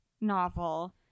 novel